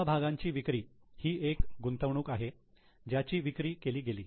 समभागांची विक्री ही एक गुंतवणूक आहे ज्याची विक्री केली गेली